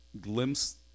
glimpse